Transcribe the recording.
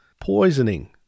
poisoning